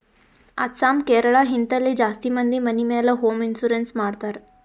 ಅಸ್ಸಾಂ, ಕೇರಳ, ಹಿಂತಲ್ಲಿ ಜಾಸ್ತಿ ಮಂದಿ ಮನಿ ಮ್ಯಾಲ ಹೋಂ ಇನ್ಸೂರೆನ್ಸ್ ಮಾಡ್ತಾರ್